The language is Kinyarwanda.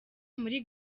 muri